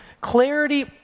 Clarity